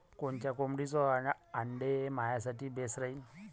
कोनच्या कोंबडीचं आंडे मायासाठी बेस राहीन?